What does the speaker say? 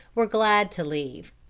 were glad to leave.